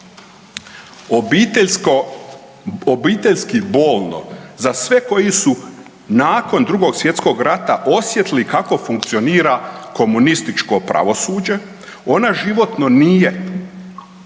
obiteljski bolno za sve koji su nakon Drugog svjetskog rata osjetili kako funkcionira komunističko pravosuđe. Ona životno nije